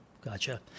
gotcha